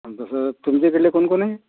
बरं तुमच्या कढलं कोन कोनए